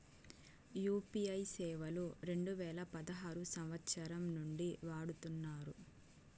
UPI సేవలు రెండు వేల పదహారు సంవచ్చరం నుండి వాడుతున్నారు